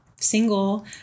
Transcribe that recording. single